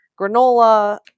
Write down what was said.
granola